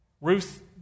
Ruth